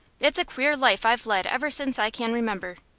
it's a queer life i've led ever since i can remember.